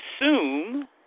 assume